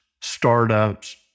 startups